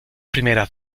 primeras